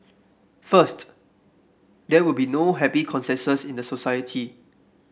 first there will be no happy consensus in the society